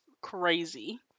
crazy